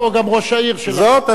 זאת השאלה הגדולה,